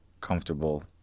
comfortable